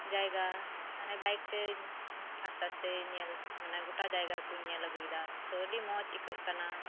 ᱡᱟᱭᱜᱟ ᱢᱟᱱᱮ ᱵᱟᱭᱤᱠ ᱛᱮᱧ ᱟᱥᱛᱮ ᱟᱥᱛᱮᱧ ᱧᱮᱞ ᱢᱟᱱᱮ ᱜᱚᱴᱟ ᱡᱟᱭᱜᱟ ᱠᱚᱧ ᱧᱮᱞ ᱟᱜᱩᱭ ᱫᱟ ᱛᱚ ᱟᱰᱤ ᱢᱚᱸᱡᱽ ᱤᱠᱟᱹᱜ ᱠᱟᱱᱟ